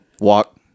Walk